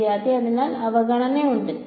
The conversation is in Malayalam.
വിദ്യാർത്ഥി അതിനാൽ അവഗണനയുണ്ട്